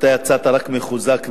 אתה יצאת רק מחוזק מהם.